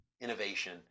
Innovation